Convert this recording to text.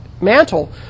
mantle